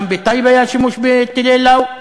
גם בטייבה היה שימוש בטילי "לאו".